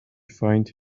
find